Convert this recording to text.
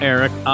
Eric